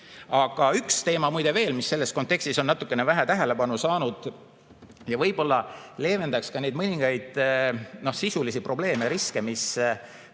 Aga üks teema on muide veel, mis selles kontekstis on natukene vähe tähelepanu saanud. Võib-olla see leevendaks mõningaid sisulisi probleeme ja riske, mis tekivad